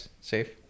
Safe